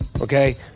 okay